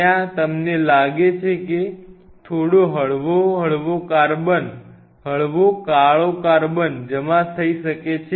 ત્યાં તમને લાગે છે કે થોડો હળવો કાળો કાર્બન જમા થઈ શકે છે